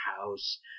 house